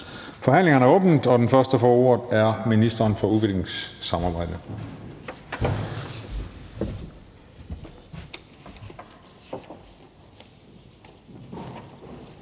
Forhandlingen er åbnet, og den første, der får ordet, er ministeren for udviklingssamarbejde.